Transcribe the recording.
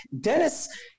Dennis